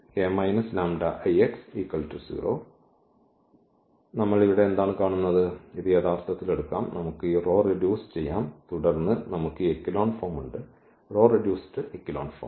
അതിനാൽ നമ്മൾ ഇവിടെ എന്താണ് കാണുന്നത് നമുക്ക് ഇത് യഥാർഥത്തിൽ എടുക്കാം നമുക്ക് ഈ റോ റെഡ്യൂസ് ചെയ്യാം തുടർന്ന് നമുക്ക് ഈ എക്കെലോൺ ഫോം ഉണ്ട് റോ റെഡ്യൂസ്ഡ് എക്കെലോൺ ഫോം